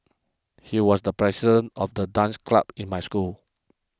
he was the president of the dance club in my school